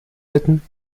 bitten